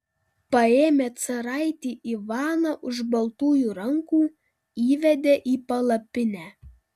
paėmė caraitį ivaną už baltųjų rankų įvedė į palapinę